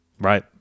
Right